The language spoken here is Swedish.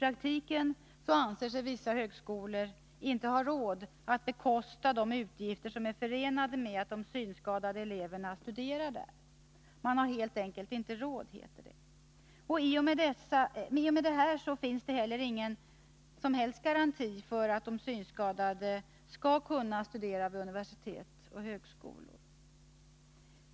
Vissa högskolor anser sig inte ha råd att bekosta de utgifter som är förenade med att synskadade elever studerar där. Man har helt enkelt inte råd, heter det. I och med detta finns det ingen som helst garanti för de synskadade att kunna studera vid universitet och högskolor.